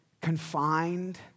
confined